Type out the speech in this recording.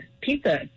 pizza